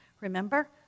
Remember